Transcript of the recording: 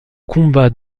combat